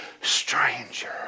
stranger